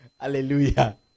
Hallelujah